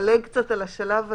זה מדלג קצת על השלב הזה.